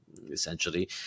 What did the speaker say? essentially